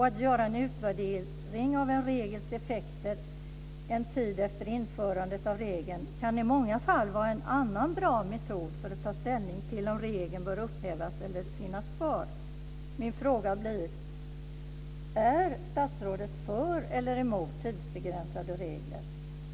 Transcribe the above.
Att göra en utvärdering av en regels effekter en tid efter införandet av regeln kan i många fall vara en annan bra metod för att ta ställning till om regeln bör upphävas eller finnas kvar." Min fråga blir: Är statsrådet för eller emot tidsbegränsade regler?